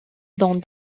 dans